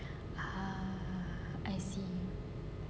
ah I see